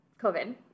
COVID